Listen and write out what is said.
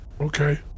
Okay